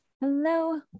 Hello